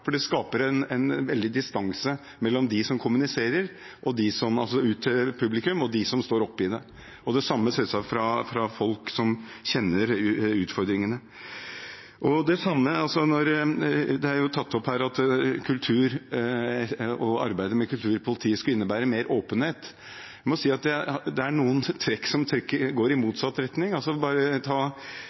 for det skaper en veldig distanse mellom dem som kommuniserer ut til publikum, og dem som står oppe i det – og det samme selvsagt fra folk som kjenner utfordringene. Det er tatt opp her at arbeidet med kultur i politiet skulle innebære mer åpenhet, men det er noen trekk som går i motsatt retning.